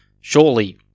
surely